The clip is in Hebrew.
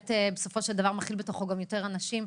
שבסופו של דבר מכיל בתוכו גם יותר אנשים.